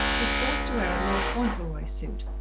was forced to wear a lord fauntleroy suit,